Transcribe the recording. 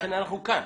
לכן אנחנו כאן.